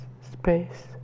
space